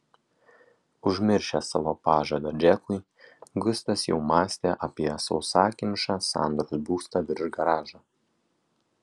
užmiršęs savo pažadą džekui gustas jau mąstė apie sausakimšą sandros būstą virš garažo